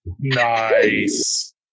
Nice